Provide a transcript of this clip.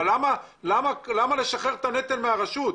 אבל למה לשחרר את הנטל מהרשות?